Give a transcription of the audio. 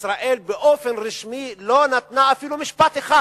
ישראל באופן רשמי לא נתנה אפילו משפט אחד